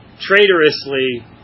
traitorously